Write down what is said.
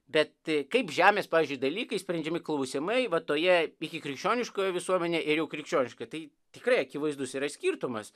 bet kaip žemės pavyzdžiui dalykai sprendžiami klausimai va toje ikikrikščioniškoje visuomenėje ir jau krikščioniškai tai tikrai akivaizdus yra skirtumas